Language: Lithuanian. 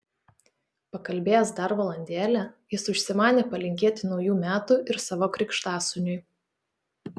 pakalbėjęs dar valandėlę jis užsimanė palinkėti naujų metų ir savo krikštasūniui